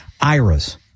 IRAs